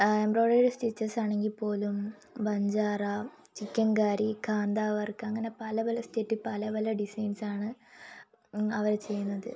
embroidery സ്റ്റിച്ചസാണെങ്കിൽപ്പോലും ബഞ്ചാറ ചിക്കൻകാരി കാന്താവർക്ക് അങ്ങനെ പല പല സ്റ്റേറ്റിൽ പല പല ഡിസൈൻസാണ് അവര ചെയ്യുന്നത്